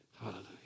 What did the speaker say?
Hallelujah